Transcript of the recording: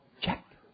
check